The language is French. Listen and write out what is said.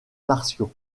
martiaux